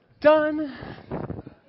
Done